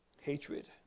Hatred